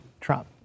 Trump